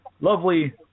lovely